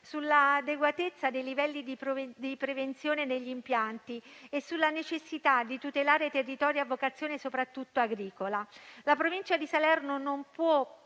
sull'adeguatezza dei livelli di prevenzione negli impianti e sulla necessità di tutelare territori a vocazione soprattutto agricola. La Provincia di Salerno non può